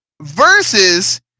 versus